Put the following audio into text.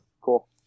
cool